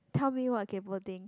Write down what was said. tell me what kaypo things